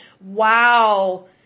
wow